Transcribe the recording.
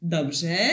Dobrze